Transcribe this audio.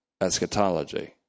eschatology